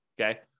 okay